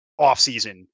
offseason